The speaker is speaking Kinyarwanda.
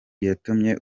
yatumye